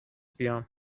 بیام